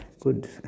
Good